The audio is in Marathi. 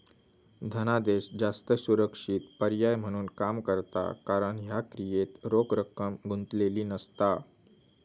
धनादेश जास्त सुरक्षित पर्याय म्हणून काम करता कारण ह्या क्रियेत रोख रक्कम गुंतलेली नसता